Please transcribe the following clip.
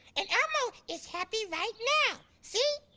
and elmo is happy right now, see?